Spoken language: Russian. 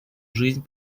жизнь